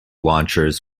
launchers